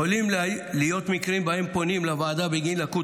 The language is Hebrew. יכולים להיות מקרים שבהם פונים לוועדה בגין לקות